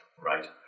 Right